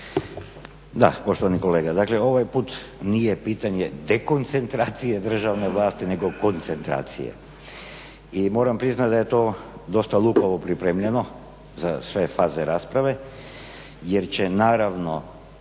Da, poštovani kolega, dakle ovaj put nije pitanje dekoncentracije državne vlasti nego koncentracije i moram priznat da je to dosta lukavo pripremljeno za sve faze rasprave jer će naravno